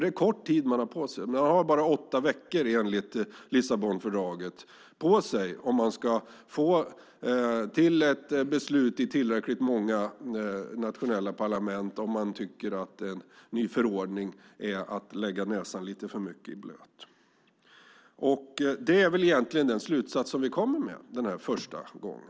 Det är kort tid man har på sig. Enligt Lissabonfördraget har man bara åtta veckor på sig att få till ett beslut i tillräckligt många nationella parlament om man tycker att en ny förordning är att lägga näsan för mycket i blöt. Detta är egentligen vår slutsats denna första gång.